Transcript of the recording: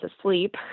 asleep